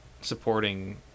supporting